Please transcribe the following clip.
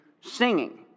singing